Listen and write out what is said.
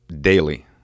daily